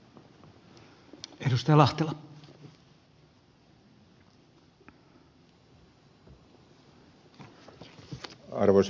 arvoisa puhemies